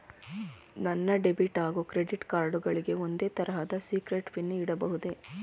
ನನ್ನ ಡೆಬಿಟ್ ಹಾಗೂ credit card ಗಳಿಗೆ ಒಂದೇ ತರಹದ ಸೀಕ್ರೇಟ್ ಪಿನ್ ಇಡಬಹುದೇ?